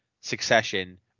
Succession